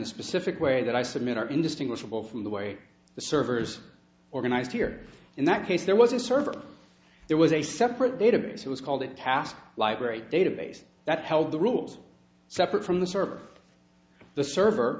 a specific way that i submit are indistinguishable from the way the servers organized here in that case there was a server there was a separate database it was called a task library database that held the rules separate from the server the server